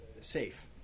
safe